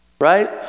Right